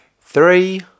Three